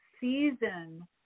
season